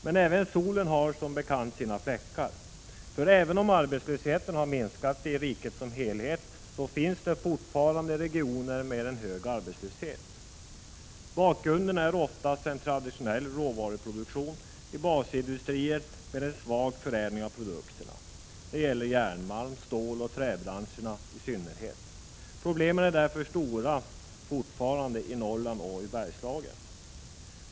Men även solen har som bekant sina fläckar, för även om arbetslösheten har minskat i riket som helhet, finns det fortfarande regioner med en hög arbetslöshet. Bakgrunden är oftast en traditionell råvaruproduktion i basindustrier med en svag förädling av produkterna. Det gäller järnmalm, stål och träbranscherna i synnerhet. Problemen är därför fortfarande stora i Norrland och i Bergslagen.